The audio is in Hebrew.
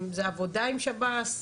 זו עבודה עם שב"ס?